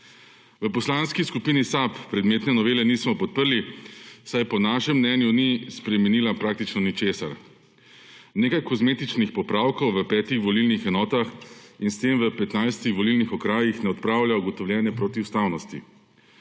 V Poslanski skupini SAB predmetne novele nismo podprli, saj po našem mnenju ni spremenila praktično ničesar. Nekaj kozmetičnih popravkov v petih volilnih enotah in s tem v petnajstih volilnih okrajih ne odpravlja ugotovljene protiustavnosti.